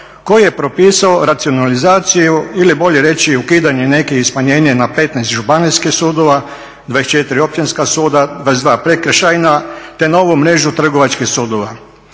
koji je propisao racionalizaciju ili bolje reći ukidanje nekih i smanjenje na 15 županijskih sudova, 24 općinska suda, 22 prekršajna te novu mrežu trgovačkih sudova.